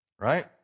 Right